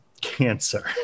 cancer